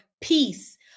peace